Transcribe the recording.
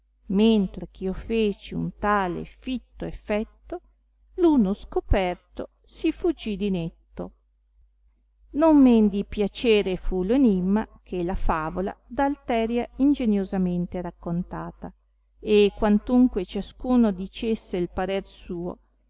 mentre ch'io feci un tale fitto effetto l'uno scoperto si fuggì di netto non men di piacere fu lo enimma che la favola da alteria ingeniosamente raccontata e quantunque ciascuno dicesse il parer suo